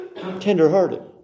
Tenderhearted